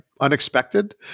unexpected